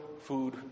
food